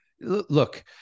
Look